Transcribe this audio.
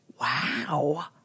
wow